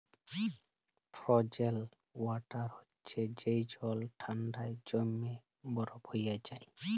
frozen water হছে যে জল ঠাল্ডায় জইমে বরফ হঁয়ে যায়